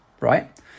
right